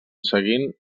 seguint